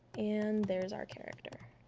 and there's our character